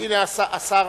(ניסויים